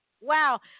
Wow